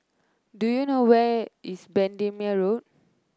do you know where is Bendemeer Road